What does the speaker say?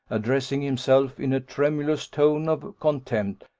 addressing himself, in a tremulous tone of contempt,